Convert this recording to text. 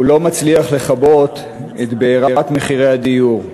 הוא לא מצליח לכבות את בעירת מחירי הדיור.